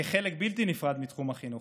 כחלק בלתי נפרד מתחום החינוך,